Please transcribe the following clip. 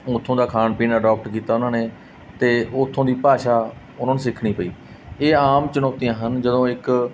ਉੱਥੋਂ ਦਾ ਖਾਣ ਪੀਣ ਅਡੋਪਟ ਕੀਤਾ ਉਹਨਾਂ ਨੇ ਅਤੇ ਉੱਥੋਂ ਦੀ ਭਾਸ਼ਾ ਉਹਨਾਂ ਨੂੰ ਸਿੱਖਣੀ ਪਈ ਇਹ ਆਮ ਚੁਣੌਤੀਆਂ ਹਨ ਜਦੋਂ ਇੱਕ